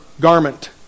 garment